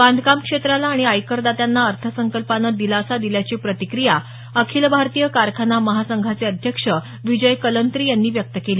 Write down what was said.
बांधकाम क्षेत्राला आणि आयकर दात्यांना अर्थसंकल्पानं दिलासा दिल्याची प्रतिक्रिया आखिल भारतीय कारखाना महासंघाचे अध्यक्ष विजय कलंत्री यांनी व्यक्त केली